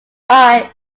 eye